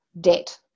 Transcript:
debt